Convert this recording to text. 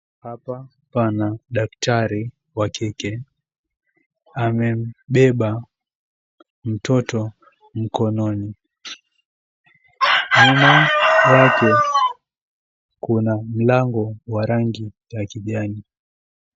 Hapa pana daktari wa kike amembeba mtoto mkononi. Nyuma yake kuna mlango wa rangi ya kijani.